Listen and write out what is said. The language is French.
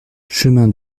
chemin